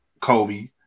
Kobe